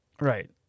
Right